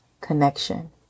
connection